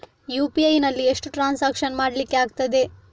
UPI ನಲ್ಲಿ ಎಷ್ಟು transaction ಮಾಡ್ಲಿಕ್ಕೆ ಆಗ್ತದೆ?